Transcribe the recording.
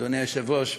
אדוני היושב-ראש,